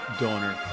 donor